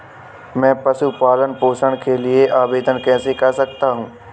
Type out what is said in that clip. मैं पशु पालन पोषण के लिए आवेदन कैसे कर सकता हूँ?